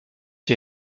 wir